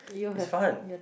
it's fun